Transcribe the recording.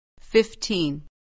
Fifteen